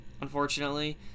unfortunately